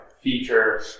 feature